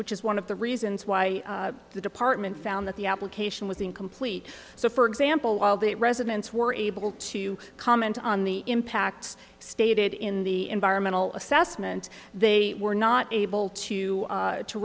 which is one of the reasons why the department found that the application was incomplete so for example while that residents were able to comment on the impacts stated in the environmental assessment they were not able to